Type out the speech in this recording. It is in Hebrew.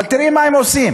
אבל תראי מה הם עושים.